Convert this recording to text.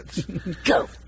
Go